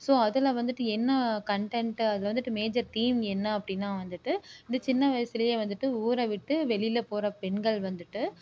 so அதில் வந்துவிட்டு என்ன கன்டென்ட் அது வந்துவிட்டு மேஜர் தீம் என்ன அப்படின்னா வந்துவிட்டு வந்து சின்ன வயசுலேயே வந்துவிட்டு ஊரை விட்டு வெளியில் போகிற பெண்கள் வந்துவிட்டு